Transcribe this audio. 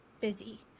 busy